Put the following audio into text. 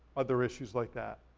other issues like that.